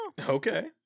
Okay